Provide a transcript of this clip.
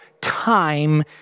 time